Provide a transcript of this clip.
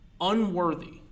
unworthy